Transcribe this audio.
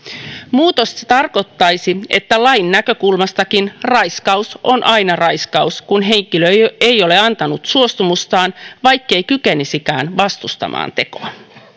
muutos tarkoittaisi että lain näkökulmastakin raiskaus on aina raiskaus kun henkilö ei ole antanut suostumustaan vaikkei kykenisikään vastustamaan tekoa